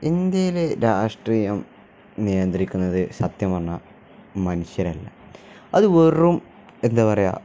ഇന്ത്യയിലെ രാഷ്ട്രീയം നിയന്ത്രിക്കുന്നതു സത്യം പറഞ്ഞാല് മനുഷ്യരല്ല അതു വെറും എന്താണു പറയുക